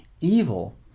evil